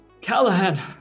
Callahan